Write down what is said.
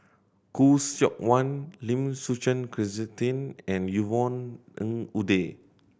Khoo Seok Wan Lim Suchen Christine and Yvonne Ng Uhde